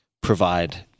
provide